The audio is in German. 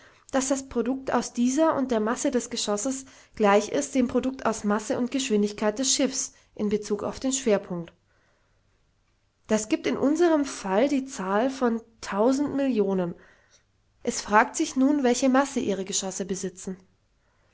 daß das produkt aus dieser und der masse des geschosses gleich ist dem produkt aus masse und geschwindigkeit des schiffs in bezug auf den schwerpunkt das gibt in unserm fall die zahl von tausend millionen es fragt sich nun welche masse ihre geschosse besitzen